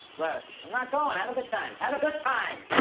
les. i'm not going, have a good time. have a good time.